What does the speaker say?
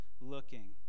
looking